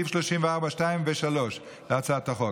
סעיף 34(2) ו-34(3) להצעת החוק.